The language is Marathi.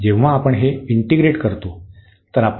जेव्हा आपण हे इंटीग्रेट करतो